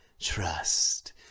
Trust